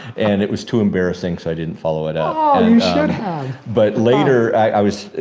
and it was too embarrassing. so, i didn't follow it up. ah you should have. but later i was,